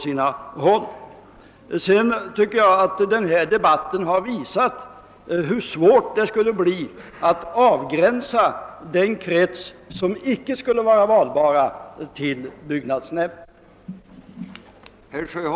Jag tycker att denna debatt har visat hur svårt det skulle bli att avgränsa den krets av människor som inte skulle vara valbara till byggnadsnämnderna.